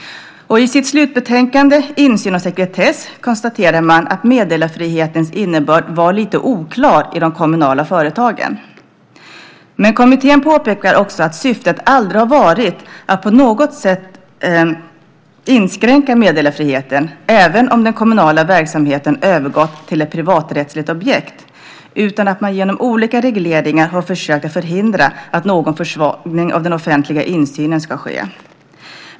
I sitt slutbetänkande, Insyn och sekretess , konstaterar man att meddelarfrihetens innebörd i de kommunala företagen var lite oklar. Kommittén påpekar också att syftet aldrig har varit att på något sätt inskränka meddelarfriheten även om den kommunala verksamheten har övergått till ett privaträttsligt objekt, utan man har genom olika regleringar försökt förhindra att någon försvagning av den offentliga insynen ska ske.